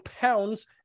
pounds